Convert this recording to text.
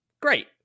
great